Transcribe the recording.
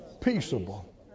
peaceable